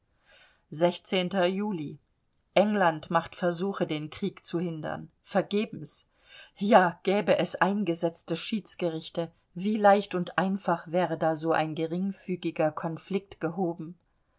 juli england macht versuche den krieg zu hindern vergebens ja gäbe es eingesetzte schiedsgerichte wie leicht und einfach wäre da ein so geringfügiger konflikt gehoben